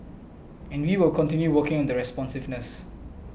and we will continue working on the responsiveness